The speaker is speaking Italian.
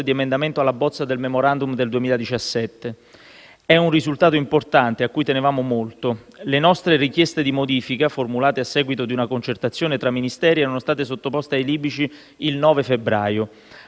di emendamento alla bozza del *memorandum* del 2017. È un risultato importante, cui tenevamo molto. Le nostre richieste di modifica, formulate a seguito di una concertazione tra Ministeri, erano state sottoposte ai libici il 9 febbraio.